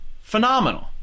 Phenomenal